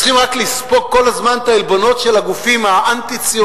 צריכים רק לספוג כל הזמן את העלבונות של הגופים האנטי-ציוניים,